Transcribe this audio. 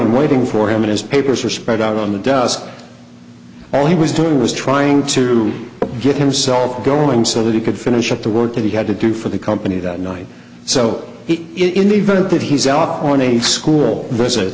and waiting for him and his papers are spread out on the does all he was doing was trying to get himself going so that he could finish up the work that he had to do for the company that night so he in the event that he's off on a school